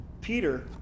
Peter